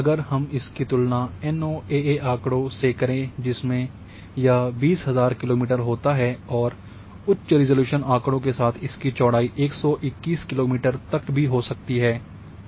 इसलिए अगर हम इसकी तुलना एनओएए आँकड़ों से करें जिसमें यह 20000 किलोमीटर होता है और उच्च रिज़ॉल्यूशन आँकड़ों के साथ इसकी चौड़ाई 121 किलोमीटर तक भी हो सकती है